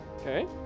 Okay